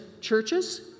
churches